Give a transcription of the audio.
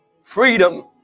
Freedom